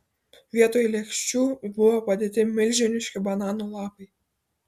vietoj lėkščių buvo padėti milžiniški banano lapai